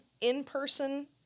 in-person